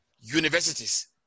universities